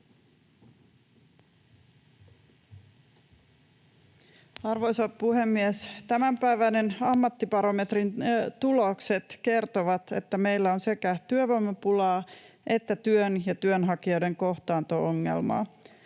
Arvoisa puhemies! Tämänpäiväisen ammattibarometrin tulokset kertovat, että meillä on sekä työvoimapulaa että työn ja työnhakijoiden kohtaanto-ongelmaa.